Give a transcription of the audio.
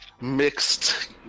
mixed